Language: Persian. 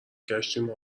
گشتیم